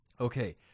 Okay